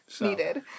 Needed